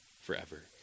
forever